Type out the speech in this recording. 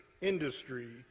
industry